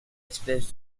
espèces